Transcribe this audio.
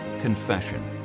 confession